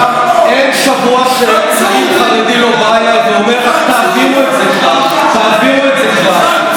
אין שבוע שצעיר חרדי לא בא אליי ואומר: רק תעבירו את זה כבר,